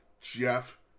Jeff